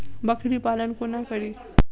बकरी पालन कोना करि?